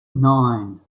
nine